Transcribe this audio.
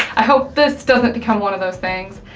i hope this doesn't become one of those things.